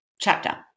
chapter